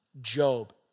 Job